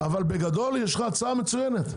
בגדול יש לך הצעה מצוינת.